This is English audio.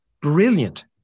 brilliant